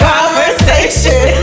Conversation